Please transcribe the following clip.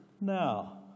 now